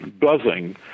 buzzing